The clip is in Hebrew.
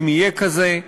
אם יהיה כזה.